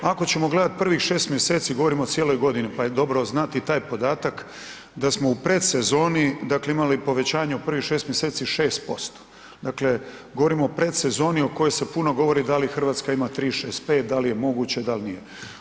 Ako ćemo gledati prvih šest mjeseci, govorimo o cijeloj godini pa je dobro znati i taj podatak da smo u predsezoni imali povećanje u prvih šest mjeseci 6%, dakle govorimo o predsezoni o kojoj se puno govori da li Hrvatska ima 365 da li je moguće, dal nije.